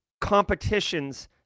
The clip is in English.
competitions